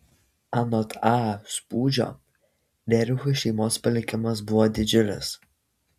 anot a spūdžio rerichų šeimos palikimas buvo didžiulis